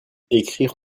écrire